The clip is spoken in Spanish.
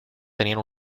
tenían